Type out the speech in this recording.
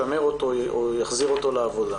ישמר אותו או יחזיר אותו לעבודה.